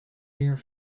meer